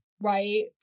right